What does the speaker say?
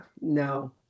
No